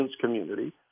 community